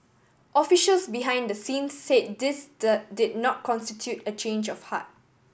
officials behind the scenes say this the did not constitute a change of heart